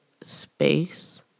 space